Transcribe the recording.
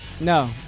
No